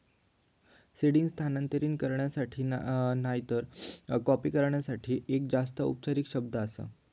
seeding स्थानांतरित करूच्यासाठी नायतर कॉपी करूच्यासाठी एक जास्त औपचारिक शब्द आसा